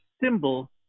symbol